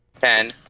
Ten